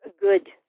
good